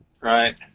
right